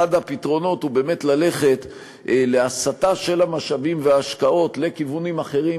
אחד הפתרונות הוא באמת ללכת להסטה של המשאבים וההשקעות לכיוונים אחרים,